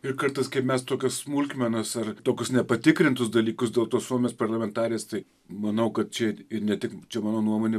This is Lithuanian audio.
ir kartais kai mes tokias smulkmenas ar tokius nepatikrintus dalykus dėl tos suomės parlamentarės tai manau kad čia ir ne tik čia mano nuomonė